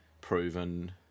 proven